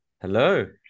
Hello